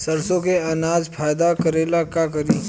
सरसो के अनाज फायदा करेला का करी?